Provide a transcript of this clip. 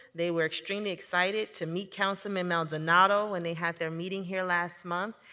they were extremely excited to meet councilman maldonado when they had their meeting here last month.